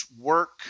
work